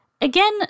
again